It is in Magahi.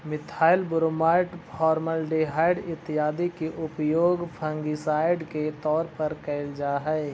मिथाइल ब्रोमाइड, फॉर्मलडिहाइड इत्यादि के उपयोग फंगिसाइड के तौर पर कैल जा हई